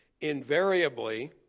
invariably